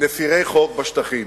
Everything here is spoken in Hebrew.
מפירי חוק בשטחים.